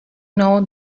know